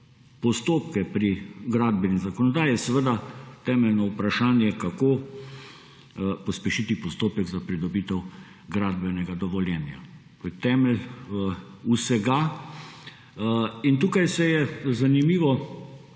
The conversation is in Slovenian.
postopke pri gradbeni zakonodaji, je seveda temeljno vprašanje, kako pospešiti postopek za pridobitev gradbenega dovoljenja. To je temelj vsega. Tukaj se je, zanimivo,